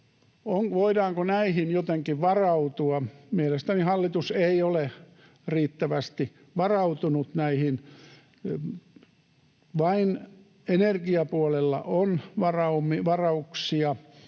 Voidaanko näihin jotenkin varautua? Mielestäni hallitus ei ole riittävästi varautunut näihin. Vain energiapuolella on varauksia,